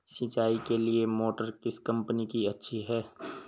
सिंचाई के लिए मोटर किस कंपनी की अच्छी है?